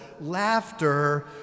laughter